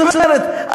זאת אומרת,